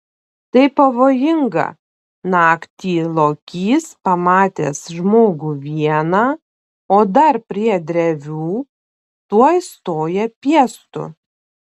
tai pavojinga naktį lokys pamatęs žmogų vieną o dar prie drevių tuoj stoja piestu